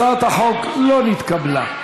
הצעת החוק לא נתקבלה.